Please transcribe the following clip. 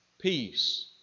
peace